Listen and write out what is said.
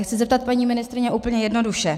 Chci se zeptat, paní ministryně, úplně jednoduše.